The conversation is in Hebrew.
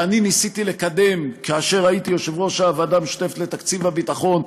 שאני ניסיתי לקדם כאשר הייתי יושב-ראש הוועדה המשותפת לתקציב הביטחון,